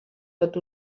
tot